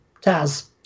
Taz